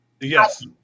Yes